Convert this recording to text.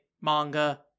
manga